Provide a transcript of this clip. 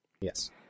yes